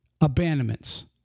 Abandonments